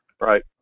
right